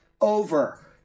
over